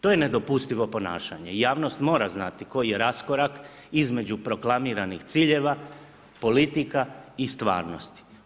To je nedopustivo ponašanje i javnost mora znati koji je raskorak između proklamiranih ciljeva, politika i stvarnosti.